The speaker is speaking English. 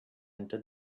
into